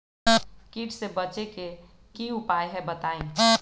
कीट से बचे के की उपाय हैं बताई?